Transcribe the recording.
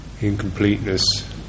incompleteness